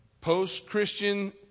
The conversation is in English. Post-Christian